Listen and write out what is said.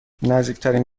نزدیکترین